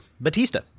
Batista